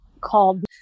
called